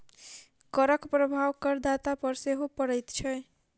करक प्रभाव करदाता पर सेहो पड़ैत छै